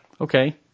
Okay